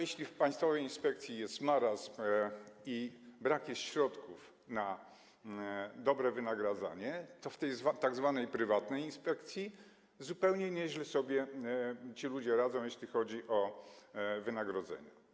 Jeśli w państwowej inspekcji jest marazm i brakuje środków na dobre wynagradzanie, to w tej tzw. prywatnej inspekcji zupełnie nieźle sobie ci ludzie radzą, jeśli chodzi o wynagrodzenia.